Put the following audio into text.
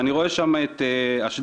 אני רואה שם את אשדוד,